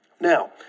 Now